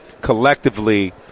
collectively